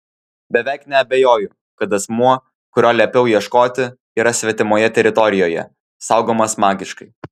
beveik neabejoju kad asmuo kurio liepiau ieškoti yra svetimoje teritorijoje saugomas magiškai